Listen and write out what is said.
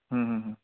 হুম হুম হু